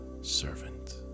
servant